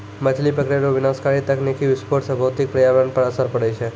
मछली पकड़ै रो विनाशकारी तकनीकी विस्फोट से भौतिक परयावरण पर असर पड़ै छै